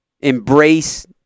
embrace